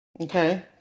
Okay